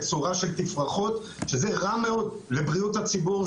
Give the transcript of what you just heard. תצורה של תפרחות שזה רע מאוד לבריאות הציבור.